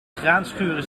graanschuren